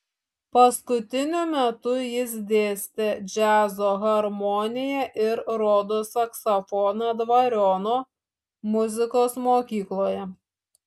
paskutiniu metu jis dėstė džiazo harmoniją ir rodos saksofoną dvariono muzikos mokykloje